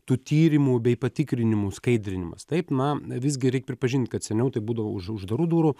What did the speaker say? tų tyrimų bei patikrinimų skaidrinimas taip na visgi reik pripažint kad seniau tai būdavo už uždarų durų